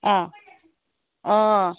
অঁ অঁ